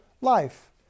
life